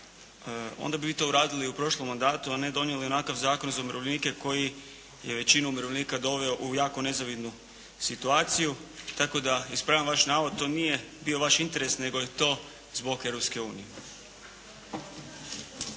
onda bi to vi uradili u prošlom mandatu, a ne donijeli onakav Zakon za umirovljenike koji je većinu umirovljenika doveo u jako nezavidnu situaciju. Tako da ispravljam vaš navod, to nije bio vaš interes nego je to zbog